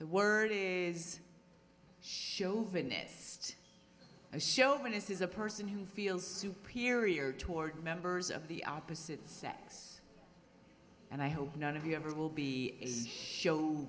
the word is chauvinist a chauvinist is a person who feels superior toward members of the opposite sex and i hope none of you ever will be is show